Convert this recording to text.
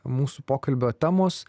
mūsų pokalbio temos